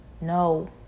No